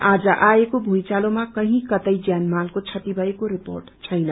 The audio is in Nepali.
आज आएको भुईचालोमा कही कतै ज्यानमालको क्षति भएको रिपोेट छैन्